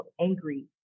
angry